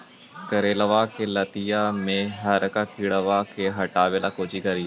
करेलबा के लतिया में हरका किड़बा के हटाबेला कोची करिए?